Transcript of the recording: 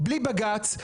בלי בג"צ,